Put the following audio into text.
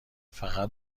فقط